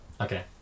Okay